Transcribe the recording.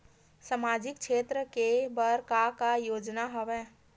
सामाजिक क्षेत्र के बर का का योजना हवय?